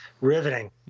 Riveting